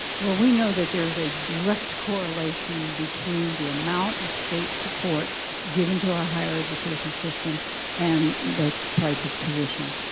well, we know that there's a direct correlation between the amount of state support given to our higher education system and the price of tuition.